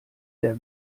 der